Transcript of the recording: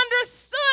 understood